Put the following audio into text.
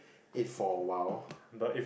it for a while